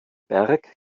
berg